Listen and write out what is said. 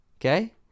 okay